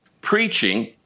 preaching